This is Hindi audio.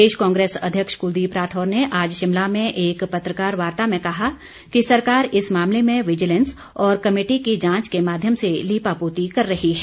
प्रदेश कांग्रेस अध्यक्ष कुलदीप राठौर ने आज शिमला में एक पत्रकार वार्ता में कहा कि सरकार इस मामले में विजिलेंस और कमेटी की जांच के माध्यम से लीपापोती कर रही है